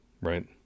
right